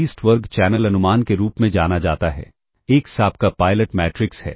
least वर्ग channel अनुमान के रूप में जाना जाता है x आपका पायलट मैट्रिक्स है